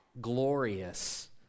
glorious